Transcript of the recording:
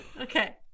okay